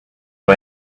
for